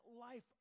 life